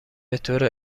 بطور